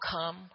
come